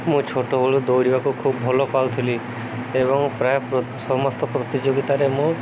ମୁଁ ଛୋଟବେଳୁ ଦୌଡ଼ିବାକୁ ଖୁବ ଭଲ ପାଉଥିଲି ଏବଂ ପ୍ରାୟ ସମସ୍ତ ପ୍ରତିଯୋଗିତାରେ ମୁଁ